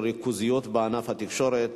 ריכוזיות בענף התקשורת,